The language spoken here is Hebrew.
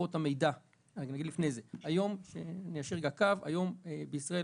אני אגיד לפני זה ואיישר קו: היום בישראל